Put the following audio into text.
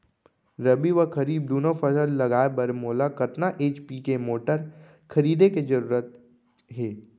रबि व खरीफ दुनो फसल लगाए बर मोला कतना एच.पी के मोटर खरीदे के जरूरत हे?